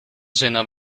zinnen